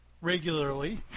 regularly